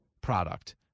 product